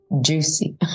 juicy